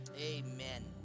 amen